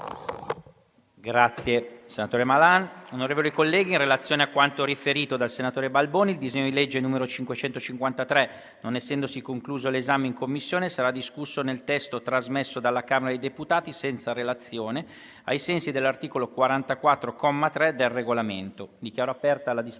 finestra"). Onorevoli colleghi, in relazione a quanto riferito dal senatore Balboni, il disegno di legge n. 553, non essendosi concluso l'esame in Commissione, sarà discusso nel testo trasmesso dalla Camera dei deputati senza relazione, ai sensi dell'articolo 44, comma 3, del Regolamento. Dichiaro aperta la discussione